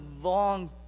long